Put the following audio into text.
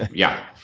yeah.